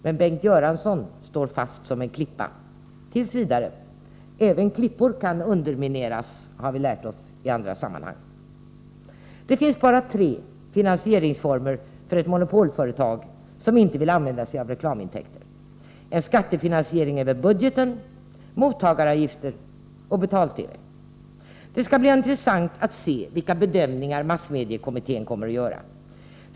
Men Bengt Göransson står fast som en klippa — åtminstone t.v. Även klippor kan ju undermineras — det har vi lärt oss i andra sammanhang. Det finns bara tre finansieringsformer för ett monopolföretag som inte vill använda sig av reklamintäkter: skattefinansiering över budgeten, mottagaravgifter och betal-TV. Det skall bli intressant att se vilka bedömningar massmediekommittén kommer att göra.